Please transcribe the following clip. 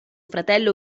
fratello